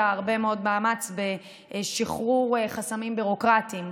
הרבה מאוד מאמץ בשחרור חסמים ביורוקרטיים,